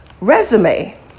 resume